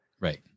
Right